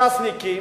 ש"סניקים,